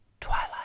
Twilight